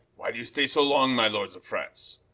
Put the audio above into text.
why do you stay so long, my lords of france?